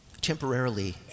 temporarily